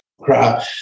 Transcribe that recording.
crap